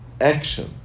action